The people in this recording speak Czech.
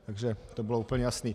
Takže to bylo úplně jasné.